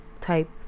type